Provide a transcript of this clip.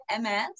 ms